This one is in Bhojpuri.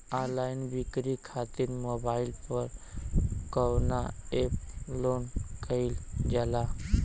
ऑनलाइन बिक्री खातिर मोबाइल पर कवना एप्स लोन कईल जाला?